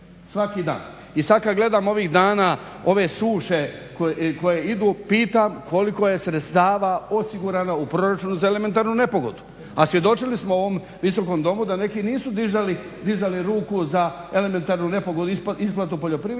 Svaki dan. I sad kad gledam ovih dana ove suše koje idu pitam koliko je sredstava osigurano u proračunu za elementarnu nepogodu? A svjedočili smo u ovom Visokom domu da neki nisu dizali ruku za elementarnu nepogodu, isplatu poljoprivrednika